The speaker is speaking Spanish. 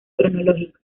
cronológico